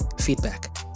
feedback